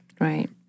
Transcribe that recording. Right